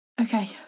Okay